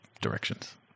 directions